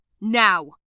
Now